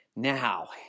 Now